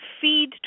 feed